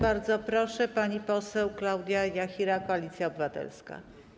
Bardzo proszę, pani poseł Klaudia Jachira, Koalicja Obywatelska.